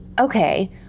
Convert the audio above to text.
okay